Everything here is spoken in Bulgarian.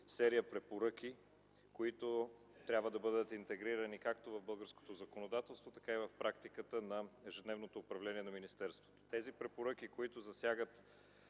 серия препоръки, които трябва да бъдат интегрирани както в българското законодателство, така и в практиката на ежедневното управление на министерството. Препоръките, които засягат